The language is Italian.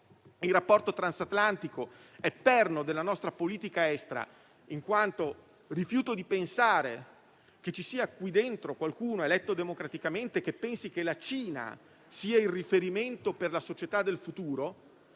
il rapporto transatlantico è perno della nostra politica estera. Rifiuto infatti di pensare che ci sia qui dentro qualcuno eletto democraticamente che ritenga che la Cina sia il riferimento per la società del futuro